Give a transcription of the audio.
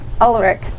Ulrich